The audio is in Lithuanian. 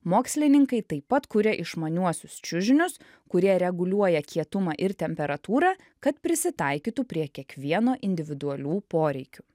mokslininkai taip pat kuria išmaniuosius čiužinius kurie reguliuoja kietumą ir temperatūrą kad prisitaikytų prie kiekvieno individualių poreikių